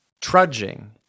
Trudging